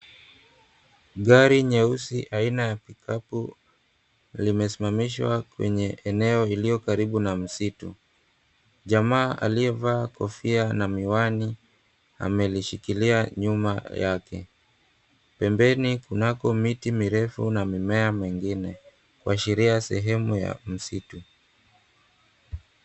Gari nyeusi aina ya pikapu limesimamishwa kwenye eneo iliyo karibu na msitu. Jamaa aliyevaa kofia na miwani, amelishikilia nyuma yake. Pembeni kunako miti mirefu na mimea mingine, kuashiria sehemu ya msitu.